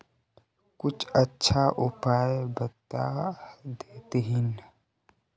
कुछ अच्छा उपाय बता देतहिन?